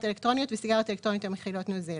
אלקטרוניות וסיגריות אלקטרוניות המכילות נוזל".